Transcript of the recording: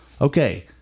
Okay